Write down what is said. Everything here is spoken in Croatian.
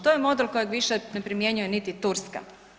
To je model kojeg više ne primjenjuje niti Turska.